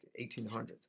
1800s